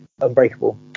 unbreakable